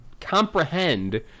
comprehend